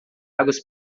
águas